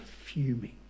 fuming